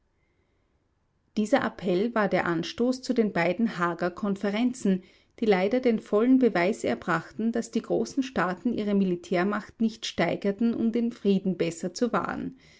dieser appell war der anstoß zu den beiden haager konferenzen die leider den vollen beweis erbrachten daß die großen staaten ihre militärmacht nicht steigerten um den frieden besser zu wahren